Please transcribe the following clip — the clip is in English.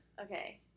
okay